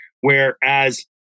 Whereas